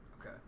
Okay